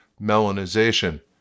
melanization